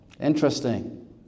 interesting